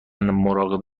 مراقب